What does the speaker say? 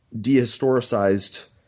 dehistoricized